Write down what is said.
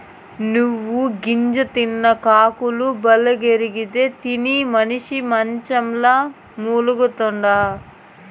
నువ్వు గింజ తిన్న కాకులు బలంగెగిరితే, తినని మనిసి మంచంల మూల్గతండా